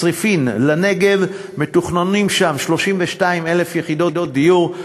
צריפין לנגב, ומתוכננות שם 32,000 יחידות דיור.